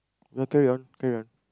no carry on carry on